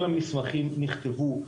כל המסמכים נכתבו.